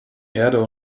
erde